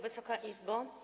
Wysoka Izbo!